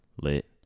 lit